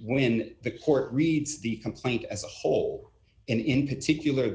when the court reads the complaint as a whole and in particular the